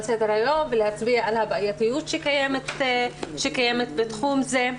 סדר היום ולהצביע על הבעייתיות שקיימת בתחום זה.